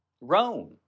Rome